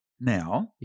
now